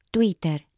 Twitter